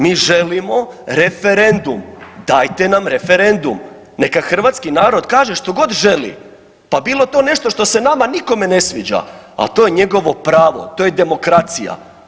Mi želimo referendum, dajte nam referendum, neka hrvatski narod kaže što god želi, pa bilo to nešto što se nama nikome ne sviđa, a to je njegovo pravo, to je demokracija.